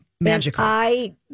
magical